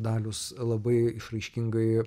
dalius labai išraiškingai